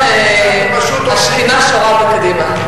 לא, זה גם השכינה שורה בקדימה.